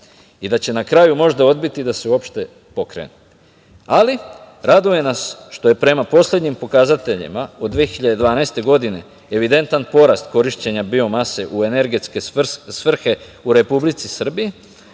I da će na kraju možda odbiti da se uopšte pokrenu. Ali, raduje nas što je prema poslednjim pokazateljima od 2012. godine evidentan porast korišćenja biomase, u energetske svrhe, u Republici Srbiji,